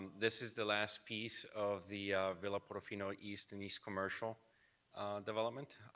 this is the last piece of the villa portofino east and east commercial development.